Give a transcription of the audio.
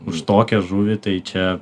už tokią žuvį tai čia